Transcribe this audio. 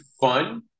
fun